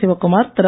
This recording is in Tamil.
சிவக்குமார் திரு